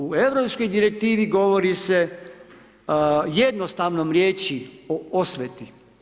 U europskoj direktivi govori se jednostavnom riječi o osveti.